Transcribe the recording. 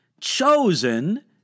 chosen